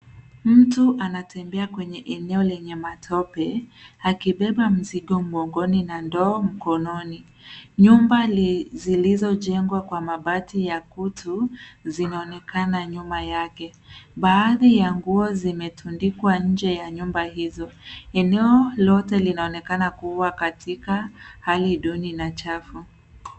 Mtu anatembea kwenye eneo lenye matope akibeba mzigo mgongoni na ndoo mkononi. Nyumba zilizojengwa kwa mabati ya kutu zinaonekana nyuma yake. Baadhi za nguo zimetundikwa nje ya nyumba hizo. Eneo lote linaonekana kuwa katika hali duni na chafu.